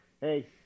hey